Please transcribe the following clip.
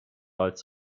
als